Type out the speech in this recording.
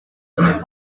quan